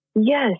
yes